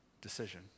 decision